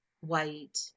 white